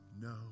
no